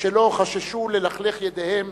שלא חששו ללכלך ידיהם